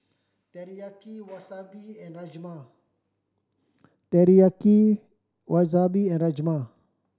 Teriyaki Wasabi and Rajma Teriyaki Wasabi and Rajma